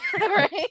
right